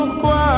pourquoi